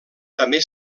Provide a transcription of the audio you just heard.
també